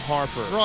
Harper